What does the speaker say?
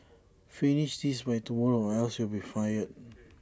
finish this by tomorrow or else you'll be fired